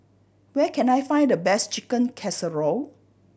where can I find the best Chicken Casserole